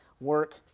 work